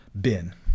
bin